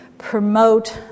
promote